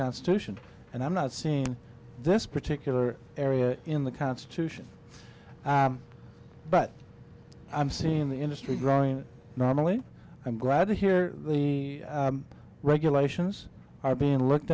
constitution and i'm not seeing this particular area in the constitution but i'm seeing the industry growing normally i'm glad to hear the regulations are being looked